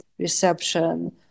reception